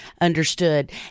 Understood